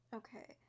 okay